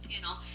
panel